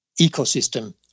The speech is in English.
ecosystem